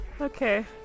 Okay